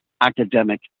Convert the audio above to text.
academic